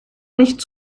nicht